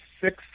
six